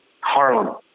Harlem